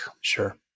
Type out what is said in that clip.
Sure